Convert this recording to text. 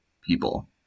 people